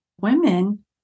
women